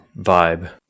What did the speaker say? vibe